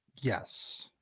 Yes